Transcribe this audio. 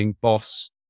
BOSS